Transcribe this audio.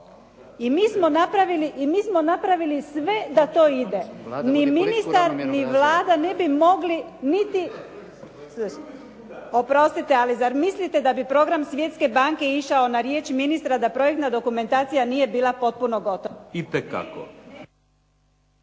i mi smo napravili da to ide. Ni ministar ni Vlada ne bi mogli… … /Svi govore u glas./… Oprostite, ali zar mislite da bi program Svjetske banke išao na riječ ministra na projektna dokumentacija nije bila potpuno gotova? …